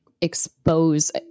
expose